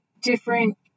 different